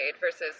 versus